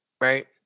right